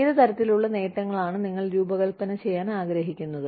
ഏത് തരത്തിലുള്ള നേട്ടങ്ങളാണ് നിങ്ങൾ രൂപകൽപ്പന ചെയ്യാൻ ആഗ്രഹിക്കുന്നത്